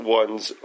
one's